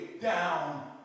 down